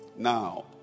Now